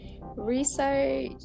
research